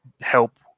help